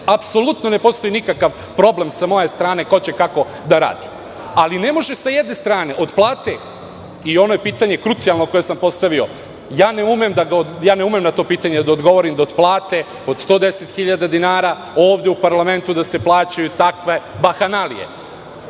apsolutno ne postoji nikakav problem sa moje strane ko će kako da radi. Ali, ne može sa jedne strane od plate, i ovo je krucijalno pitanje koje sam postavio, i ja ne umem na to pitanje da odgovorim, da od plate od 110.000 dinara ovde u parlamentu da se plaćaju takve bahanalije.